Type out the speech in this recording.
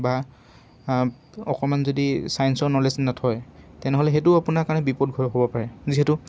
বা অকমান যদি চায়েন্সৰ নলেজ নথয় তেনেহ'লে সেইটোও আপোনাৰ কাৰণে বিপদ ঘটাব পাৰে যিহেতু